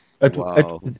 Wow